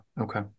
Okay